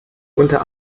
unter